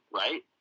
right